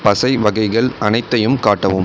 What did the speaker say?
பசை வகைகள் அனைத்தையும் காட்டவும்